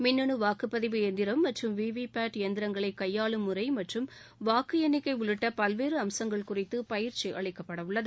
மின்னனு வாக்குப்பதிவு எந்திரம் மற்றும் விவிபேட் எந்திரங்களை கையாளும் முறை மற்றும் வாக்கு எண்ணிக்கை உள்ளிட்ட பல்வேறு அம்சங்கள் குறித்து பயிற்சி அளிக்கப்படவுள்ளது